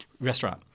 restaurant